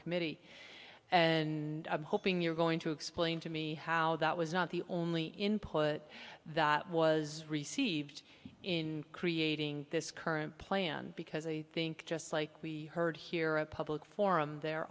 committee and i'm hoping you're going to explain to me how that was not the only input that was received in creating this current plan because i think just like we heard here a public forum there